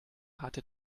hatte